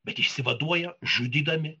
bet išsivaduoja žudydami